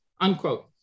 unquote